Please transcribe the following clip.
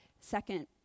second